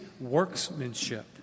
workmanship